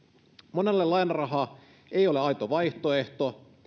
monelle lainaraha ei ole aito vaihtoehto